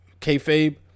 Kayfabe